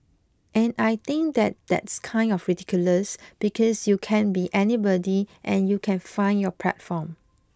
and I think that that's kind of ridiculous because you can be anybody and you can find your platform